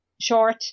short